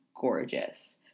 gorgeous